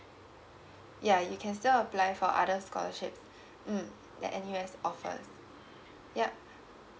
ya you can still apply for other scholarship mm that N_U_S offer yup